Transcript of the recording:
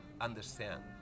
understand